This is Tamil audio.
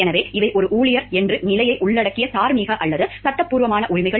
எனவே இவை ஒரு ஊழியர் என்ற நிலையை உள்ளடக்கிய தார்மீக அல்லது சட்டபூர்வமான உரிமைகள்